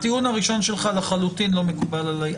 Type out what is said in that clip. והטיעון הראשון שלך לחלוטין לא מקובל עליי.